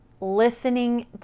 listening